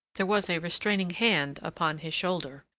there was a restraining hand upon his shoulder,